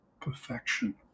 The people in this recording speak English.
perfection